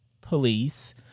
police